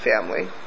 family